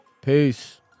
Peace